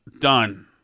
Done